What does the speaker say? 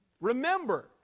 Remember